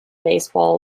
baseball